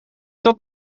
dat